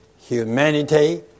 humanity